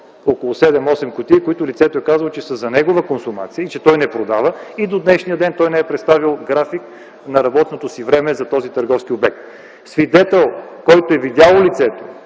около 7-8 кутии, лицето е казало, че са за негова консумация и че той не продава, и до днешния ден той не е представил график на работното си време за този търговски обект. Свидетел, който е видял лицето,